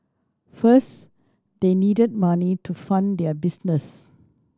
first they needed money to fund their business